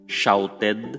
shouted